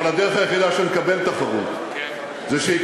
אבל הדרך היחידה שבה נקדם תחרות היא שייכנסו